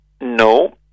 No